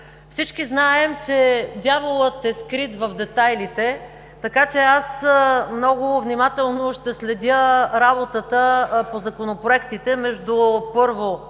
Всички знаем, че дяволът е скрит в детайлите, така че много внимателно ще следя работата по законопроектите между първо и